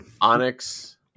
Onyx